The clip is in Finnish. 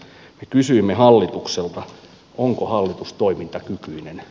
me kysyimme hallitukselta onko hallitus toimintakykyinen